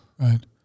Right